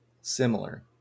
similar